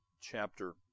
chapter